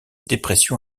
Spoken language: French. dépression